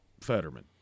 Fetterman